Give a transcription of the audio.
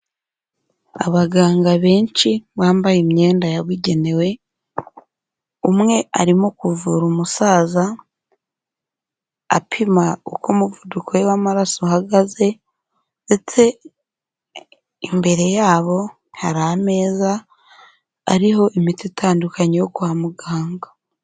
Abaganga benshi bambaye imyenda yabugenewe, umwe arimo kuvura umusaza, apima uko umuvuduko we w'amaraso uhagaze ndetse imbere yabo hari ameza ariho imiti itandukanye yo kwa muganga.